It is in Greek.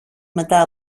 μετά